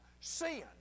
sin